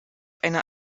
eine